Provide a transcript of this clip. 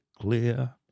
clear